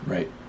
Right